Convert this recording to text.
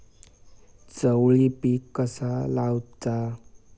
चवळी पीक कसा लावचा?